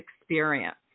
experience